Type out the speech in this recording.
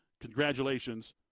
Congratulations